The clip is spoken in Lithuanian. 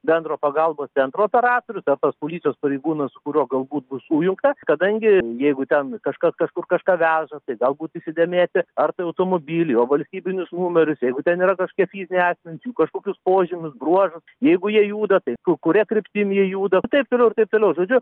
bendro pagalbos centro operatorius ar tas policijos pareigūnas su kuriuo galbūt bus sujungta kadangi jeigu ten kažkas kažkur kažką veža tai galbūt įsidėmėti ar tai automobilį jo valstybinius numerius jeigu ten yra kažkiek lydinčių jų kažkokius požymius bruožus jeigu jie juda tai kuria kryptim jie juda taip toliau ir taip toliau žodžiu